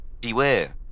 beware